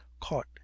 caught